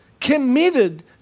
committed